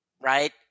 right